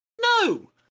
No